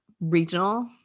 regional